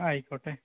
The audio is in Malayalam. ആയിക്കോട്ടെ